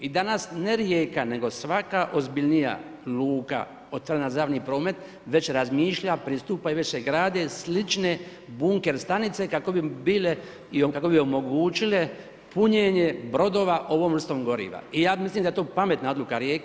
I danas, ne Rijeka, nego svaka ozbiljnija luka otvorena za javni promet već razmišlja, pristupa i već se grade slične bunker stanice kako bi omogućile punjenje brodova ovom vrstom goriva i ja mislim da je to pametna odluka Rijeke.